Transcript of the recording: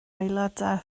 aelodau